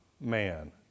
man